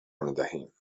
میدهیم